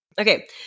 Okay